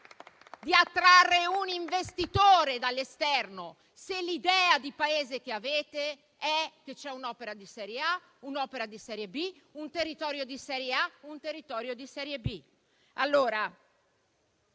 di attrarre un investitore dall'esterno se l'idea di Paese che avete è che ci sono un'opera di serie A e un'opera di serie B, un territorio di serie A e uno di serie B?